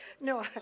no